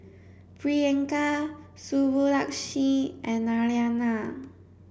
Priyanka Subbulakshmi and Naraina